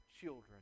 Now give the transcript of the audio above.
children